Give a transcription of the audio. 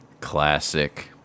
Classic